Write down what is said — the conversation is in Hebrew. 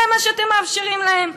זה מה שאתם מאפשרים להם.